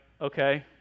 okay